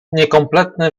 niekompetentny